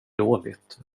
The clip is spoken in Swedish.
dåligt